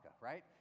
right